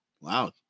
Wow